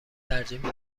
ترجیح